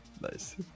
Nice